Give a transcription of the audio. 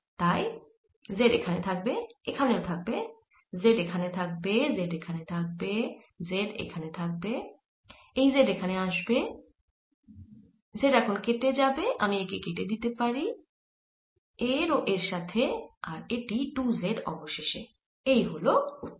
তাই z এখানে থাকবে এখানেও থাকবে z এখানে থাকবে z এখানে থাকব্ z এখানে থাকবে এই z এখানে আসবে z এখন কেটে যাবে আমি একে কেটে দিতে পারি এর ও এর সাথে আর এটি 2 z অবশেষে এই হল উত্তর